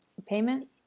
payment